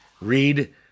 Read